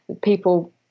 people